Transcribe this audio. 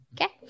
Okay